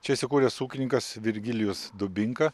čia įsikūręs ūkininkas virgilijus dubinka